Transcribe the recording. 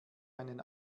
einen